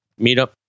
meetup